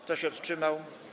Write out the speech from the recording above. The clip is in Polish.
Kto się wstrzymał?